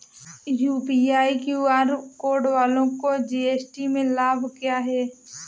UPI QR code वालों को GST में लाभ क्या है?